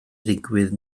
ddigwydd